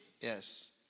Yes